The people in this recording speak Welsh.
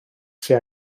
sydd